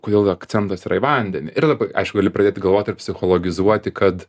kodėl akcentas yra į vandenį ir labai aišku gali pradėti galvoti ir psichologizuoti kad